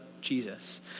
Jesus